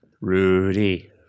Rudy